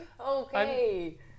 okay